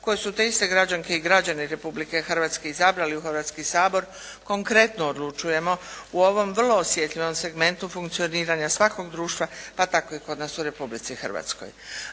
koje su te iste građanke i građani Republike Hrvatske izabrali u Hrvatski sabor konkretno odlučujemo u ovom vrlo osjetljivom segmentu funkcioniranja svakog društva, pa tako i kod nas u Republici Hrvatskoj.